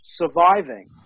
surviving